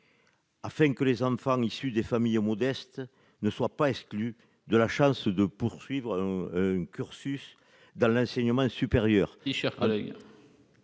afin que les enfants issus des familles modestes ne soient pas privés de la chance de poursuivre un cursus dans l'enseignement supérieur.